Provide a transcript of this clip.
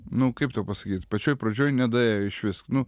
nu kaip tau pasakyt pačioj pradžioj nedaėjo išvis nu